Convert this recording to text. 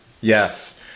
yes